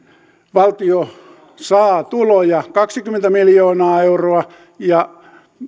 valtio saa tuloja kaksikymmentä miljoonaa euroa ja